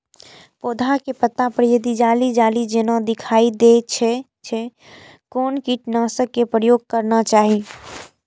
पोधा के पत्ता पर यदि जाली जाली जेना दिखाई दै छै छै कोन कीटनाशक के प्रयोग करना चाही?